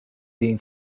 din